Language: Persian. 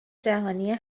جهانی